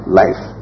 life